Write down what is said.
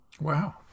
Wow